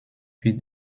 wird